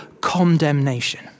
condemnation